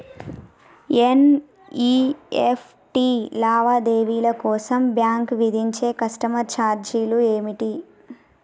NEFT లావాదేవీల కోసం bank విధించే కస్టమర్ ఛార్జీలు ఏమిటి?